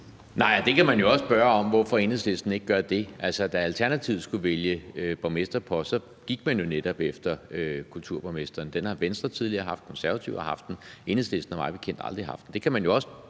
Nej, og det kan man jo også spørge om hvorfor Enhedslisten ikke gør. Altså, da Alternativet skulle vælge en borgmesterpost, gik man jo netop efter kulturministerposten. Den har Venstre tidligere haft, og Konservative har haft den. Enhedslisten har mig bekendt aldrig haft den.